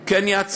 הוא כן יעצור,